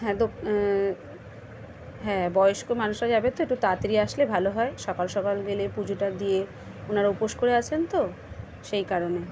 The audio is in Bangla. হ্যাঁ তো হ্যাঁ বয়স্ক মানুষরা যাবে তো একটু তাড়াতাড়ি আসলে ভালো হয় সকাল সকাল গেলে পুজোটা দিয়ে ওনারা উপোস করে আছেন তো সেই কারণে